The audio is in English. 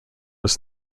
was